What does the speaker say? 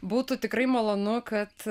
būtų tikrai malonu kad